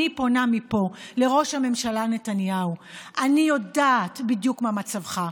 ואני פונה מפה לראש הממשלה נתניהו: אני יודעת בדיוק מה מצבך,